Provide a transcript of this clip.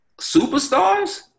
superstars